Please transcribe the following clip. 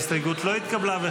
ההסתייגות לא התקבלה.